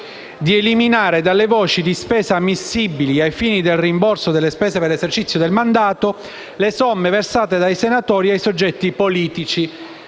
ad eliminare dalle voci di spesa ammissibili ai fini del rimborso delle spese per l'esercizio del mandato, le somme versate dai Senatori ai soggetti politici